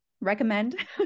recommend